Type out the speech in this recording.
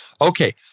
okay